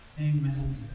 Amen